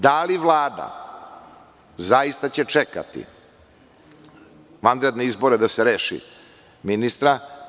Da li će Vlada zaista čekati vanredne izbore da se reši ministra?